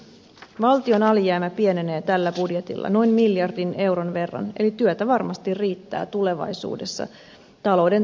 valtion alijäämä pienenee tällä budjetilla noin miljardin euron verran eli työtä varmasti riittää tulevaisuudessa talouden tasapainottamiseksi